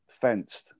fenced